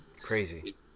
Crazy